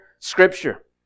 Scripture